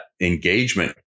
engagement